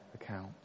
account